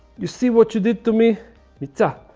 you see what you did to me meetha. ah